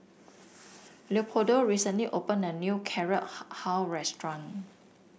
Leopoldo recently opened a new Carrot Halwa restaurant